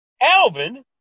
alvin